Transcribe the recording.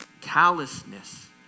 callousness